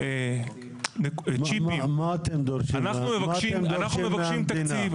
מה אתם דורשים מהמדינה?